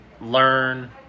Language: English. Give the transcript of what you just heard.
learn